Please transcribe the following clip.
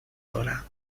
dorada